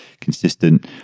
consistent